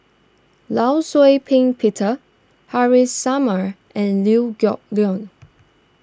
Law Shau Ping Peter Haresh Summer and Liew Geok Leong